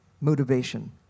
motivation